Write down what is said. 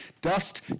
Dust